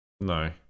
No